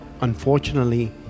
unfortunately